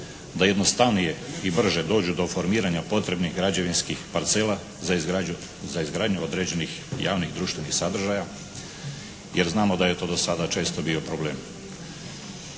da jednostavnije i brže dođu do formiranja potrebnih građevinskih parcela za izgradnju određenih javnih, društvenih sadržaja jer znamo da je to do sada često bio problem.